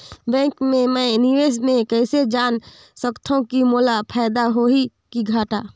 Bank मे मैं निवेश मे कइसे जान सकथव कि मोला फायदा होही कि घाटा?